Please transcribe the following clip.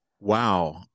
Wow